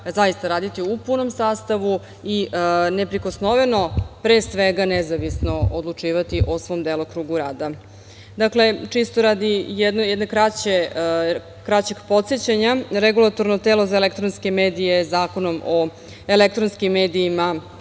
zaista raditi u punom sastavu i neprikosnoveno, pre svega nezavisno odlučivati o svom delokrugu rada. Dakle, čisto radi jednog kraćeg podsećanja, Regulatorno telo za elektronske medije Zakonom o elektronskim medijima,